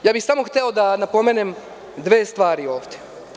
Samo bih hteo da napomenem dve stvari ovde.